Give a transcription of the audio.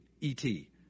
E-T